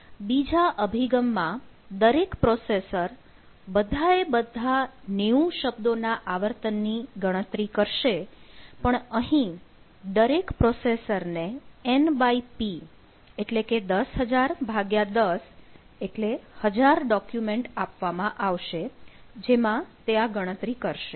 બીજા અભિગમમાં દરેક પ્રોસેસર બધાએ બધા 90 શબ્દોના આવર્તનની ગણતરી કરશે પણ અહીં દરેક પ્રોસેસર ને np એટલે કે 10000101000 ડોક્યુમેન્ટ આપવામાં આવશે જેમાં તે આ ગણતરી કરશે